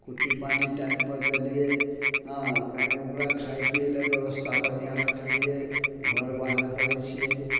कुट्टि पानि टाइमपर देलियै हँ कनी ओकरा खाइ पीयै लए व्यवस्था बढ़िआँ रखलियै घर बाहर करय छियै